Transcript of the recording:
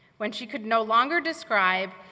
when she could no longer describe,